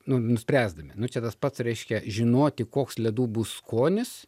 nu nuspręsdami nu čia tas pats reiškia žinoti koks ledų bus skonis